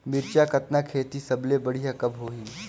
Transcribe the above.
मिरचा कतना खेती सबले बढ़िया कब होही?